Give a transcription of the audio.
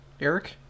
Eric